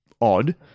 odd